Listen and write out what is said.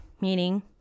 Meaning